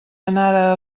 anara